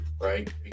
right